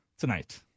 tonight